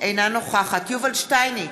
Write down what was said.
אינה נוכחת יובל שטייניץ,